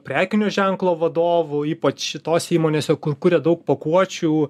prekinio ženklo vadovu ypač šitos įmonėse kur kuria daug pakuočių